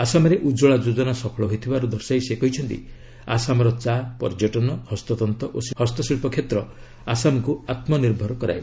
ଆସାମରେ ଉଜ୍ଜଳା ଯୋଜନା ସଫଳ ହୋଇଥିବାର ଦର୍ଶାଇ ସେ କହିଛନ୍ତି ଆସାମର ଚା' ପର୍ଯ୍ୟଟନ ହସ୍ତତ୍ତ ଓ ହସ୍ତଶିଳ୍ପ କ୍ଷେତ୍ର ଆସାମକୁ ଆତ୍ମନିର୍ଭର କରାଇବ